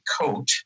coat